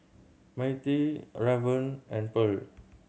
Mattie Raven and Pearl